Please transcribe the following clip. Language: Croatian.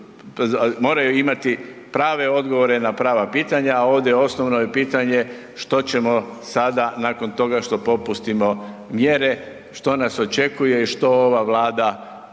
moraju imati prave odgovore na prava pitanje a ovdje osnovno je pitanje što ćemo sada nakon toga što popustimo mjere, što nas očekuje i što ova Vlada